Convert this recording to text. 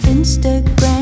Instagram